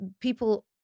people